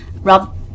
rob